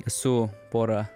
esu porą